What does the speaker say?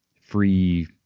free